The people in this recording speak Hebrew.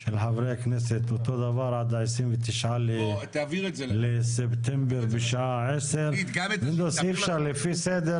של חברי הכנסת עד 29 לספטמבר בשעה 10:00. לפי סדר